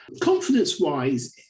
Confidence-wise